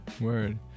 word